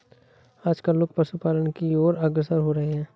आजकल लोग पशुपालन की और अग्रसर हो रहे हैं